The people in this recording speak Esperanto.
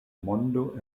mondo